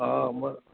हा मां